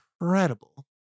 incredible